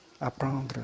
apprendre